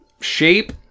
shape